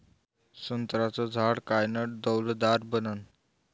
संत्र्याचं झाड कायनं डौलदार बनन?